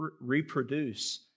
reproduce